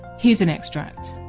here's an extract